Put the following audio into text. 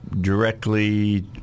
directly